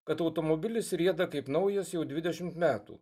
kad automobilis rieda kaip naujas jau dvidešim metų